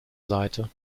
seite